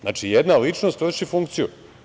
Znači, jedna ličnost vrši funkciju.